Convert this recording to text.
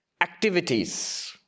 Activities